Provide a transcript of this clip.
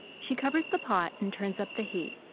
she covers the pot and turns up the heat.